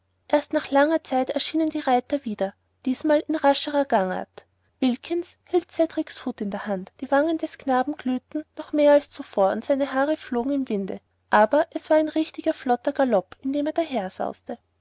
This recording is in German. erst nach längerer zeit erschienen die reiter wieder diesmal in rascherer gangart wilkins hielt cedriks hut in der hand die wangen des knaben glühten noch mehr als zuvor und seine haare flogen im winde aber es war ein richtiger flotter galopp in dem er